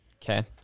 Okay